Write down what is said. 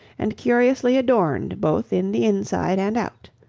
and curiously adorned both in the inside and out.